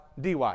dy